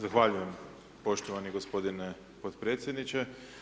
Zahvaljujem poštovani gospodine potpredsjedniče.